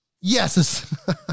Yes